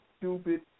stupid